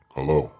Hello